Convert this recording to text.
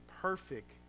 perfect